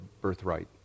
birthright